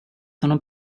honom